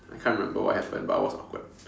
I can't remember what happened but it was awkward